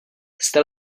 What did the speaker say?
jste